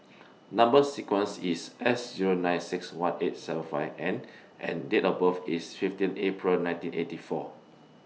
Number sequence IS S Zero nine six one eight seven five N and Date of birth IS fifteen April nineteen eighty four